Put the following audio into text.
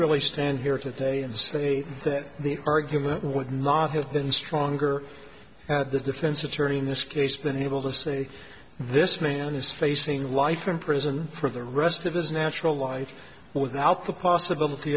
really stand here today and say that the argument would not have been stronger at the defense attorney in this case been able to say this man is facing life in prison for the rest of his natural life without the possibility